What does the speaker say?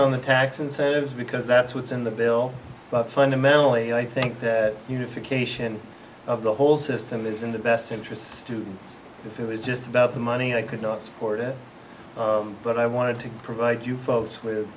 on the tax incentives because that's what's in the bill but fundamentally i think that unification of the whole system is in the best interest students if it was just about the money i could not support it but i wanted to provide you folks with